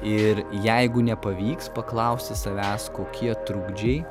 ir jeigu nepavyks paklausti savęs kokie trukdžiai